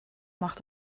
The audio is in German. macht